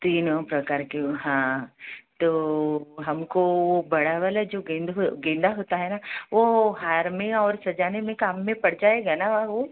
तीनों प्रकार के हाँ तो हमको बड़ा वाला जो गेंद गेंदा होता है ना वो हार में और सजाने में काम में पड़ जायेगा ना वो